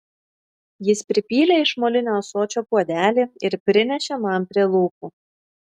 jis pripylė iš molinio ąsočio puodelį ir prinešė man prie lūpų